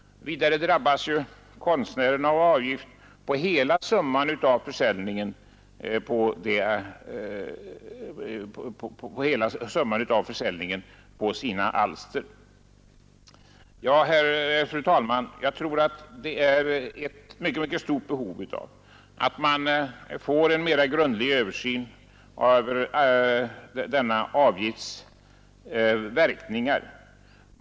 Vidare drabbas konstnärerna av avgift på hela summan vid försäljningen av sina alster. Fru talman! Jag tror att det finns ett mycket stort behov av en grundlig översyn av denna avgifts verkningar.